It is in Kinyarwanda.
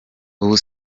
ubu